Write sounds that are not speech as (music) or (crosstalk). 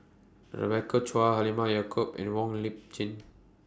Rebecca Chua Halimah Yacob and Wong Lip Chin (noise)